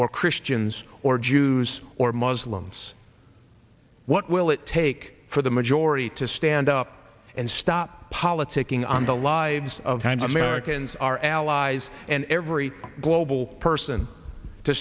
or christians or jews or muslims what will it take for the majority to stand up and stop politicking on the lives of kind americans our allies and every global person to